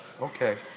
Okay